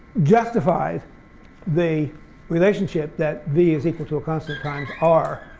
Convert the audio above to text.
justified the relationship that v is equal to a constant times r.